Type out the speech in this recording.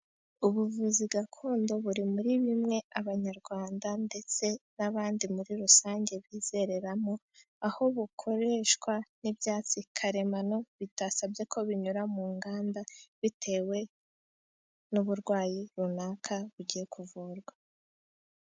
Ubuvuzi gakondo buri muri bimwe abanyarwanda ndetse n'abandi muri rusange bizereramo, aho bukoreshwa n'ibyatsi karemano bitasabye ko binyura mu nganda, bitewe n'uburwayi runaka bugiye kuvurwa.